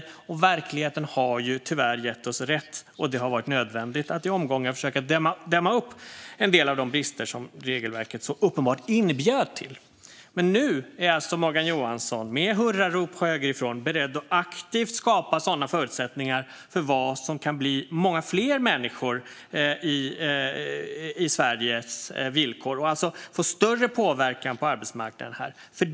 Tyvärr har verkligheten gett oss rätt, och det har varit nödvändigt att i omgångar försöka dämma upp en del av de brister som regelverket så uppenbart inbjöd till. Nu är dock Morgan Johansson, med hurrarop högerifrån, beredd att aktivt skapa sådana förutsättningar i villkoren för något som kan bli många fler människor i Sverige. Det skulle få större påverkan på arbetsmarknaden här.